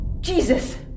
Jesus